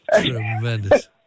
Tremendous